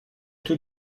tout